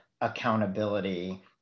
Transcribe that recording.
accountability